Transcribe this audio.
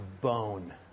bone